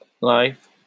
life